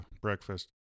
breakfast